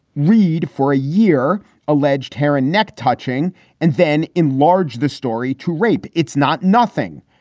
read for a year alleged hair and neck touching and then enlarge this story to rape. it's not nothing.